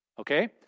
Okay